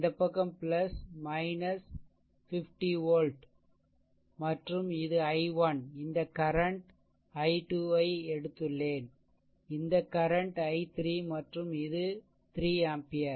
இந்த பக்கம் 50 வோல்ட் மற்றும் இது i1 இந்த கரண்ட் I2ஐ எடுத்துள்ளேன் இந்த கரண்ட்i3மற்றும் இது 3 ஆம்பியர்